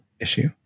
issue